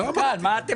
הוא מנכ"ל.